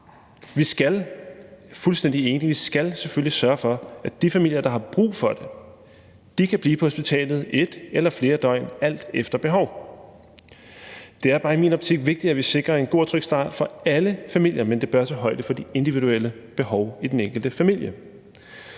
sørge for, at de familier, der har brug for det, kan blive på hospitalet et eller flere døgn, alt efter behov. Det er bare i min optik vigtigt, at vi sikrer en god og tryg start for alle familier, men det bør tage højde for de individuelle behov i den enkelte familie.